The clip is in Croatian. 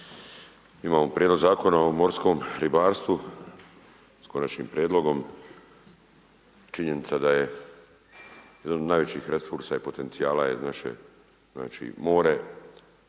imamo Prijedlog zakona o morskom ribarstvu s Konačnim prijedlogom. Činjenica da je jedan od najvećih resursa i potencijala je naše more